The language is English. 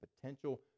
potential